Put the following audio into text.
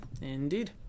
Indeed